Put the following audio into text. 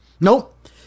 Nope